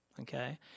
Okay